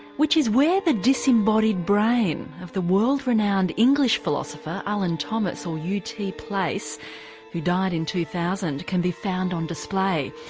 which is where the disembodied brain of the world renowned english philosopher, ah ullin thomas or u. t. place who died in two thousand can be found on display.